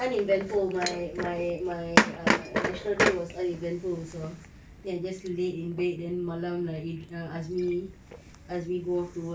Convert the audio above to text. it's uneventful my my my err national day was uneventful also think I just laid in bed then malam like azmi azmi go off to work